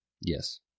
Yes